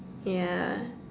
ya